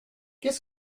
qu’est